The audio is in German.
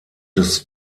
des